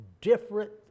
different